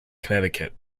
connecticut